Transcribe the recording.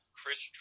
Chris